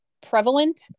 prevalent